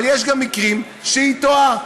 אבל יש גם מקרים שהיא טועה,